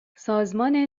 سازمان